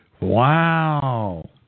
Wow